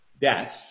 death